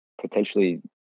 potentially